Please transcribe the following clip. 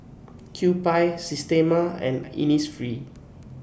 Kewpie Systema and Innisfree